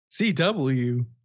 CW